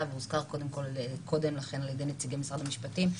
והוזכר קודם לכן על ידי נציגי משרד המשפטים,